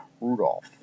Rudolph